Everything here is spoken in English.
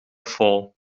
fall